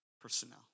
personnel